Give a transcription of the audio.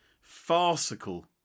farcical